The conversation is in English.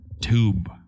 tube